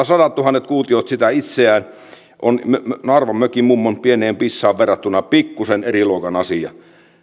sadattuhannet kuutiot sitä itseään on naarvan mökinmummon pieneen pissaan verrattuna pikkuisen eri luokan asia